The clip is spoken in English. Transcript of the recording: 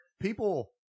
people